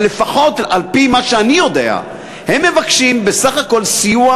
אבל לפחות לפי מה שאני יודע הם מבקשים בסך הכול סיוע,